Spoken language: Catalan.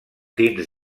dins